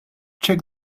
check